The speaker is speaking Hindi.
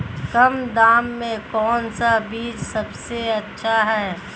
कम दाम में कौन सा बीज सबसे अच्छा है?